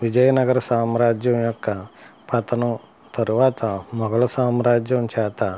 విజయనగర సామ్రాజ్యం యొక్క పతనం తర్వాత మొఘలు సామ్రాజ్యం చేత